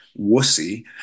wussy